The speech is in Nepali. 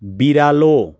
बिरालो